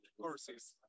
courses